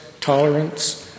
tolerance—